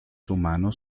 humanos